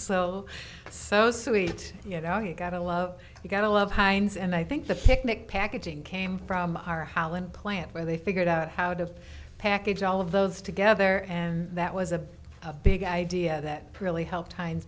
so so sweet you know you got to love you gotta love heinz and i think the picnic packaging came from our holland plant where they figured out how to package all of those together and that was a big idea that really helped heinz